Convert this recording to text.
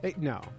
No